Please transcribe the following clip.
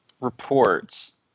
reports